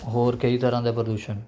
ਹੋਰ ਕਈ ਤਰ੍ਹਾਂ ਦੇ ਪ੍ਰਦੂਸ਼ਣ